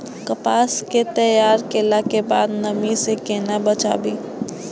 कपास के तैयार कैला कै बाद नमी से केना बचाबी?